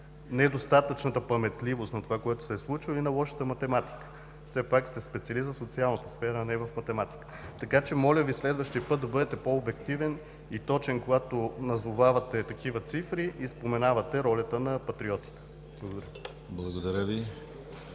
недостатъчната паметливост на това, което се е случвало, или на лошата математика. Все пак сте специалист в социалната сфера, а не в математиката. Така че моля Ви следващия път да бъдете по-обективен и точен, когато назовавате такива цифри и споменавате ролята на патриотите. Благодаря.